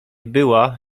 była